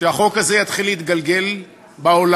כשהחוק הזה יתחיל להתגלגל בעולם,